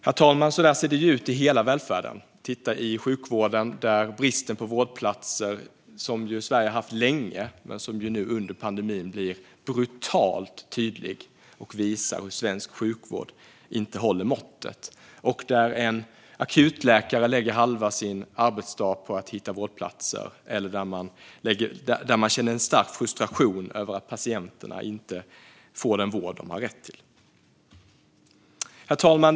Herr talman! Så där ser det ut i hela välfärden. Titta på sjukvården! Brist på vårdplatser har Sverige haft länge, men nu under pandemin blir den brutalt tydlig. Detta visar att svensk sjukvård inte håller måttet. En akutläkare kan lägga halva sin arbetsdag på att hitta vårdplatser, och man känner en stark frustration över att patienterna inte får den vård som de har rätt till. Herr talman!